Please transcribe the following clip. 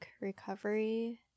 recovery